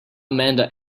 amanda